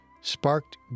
sparked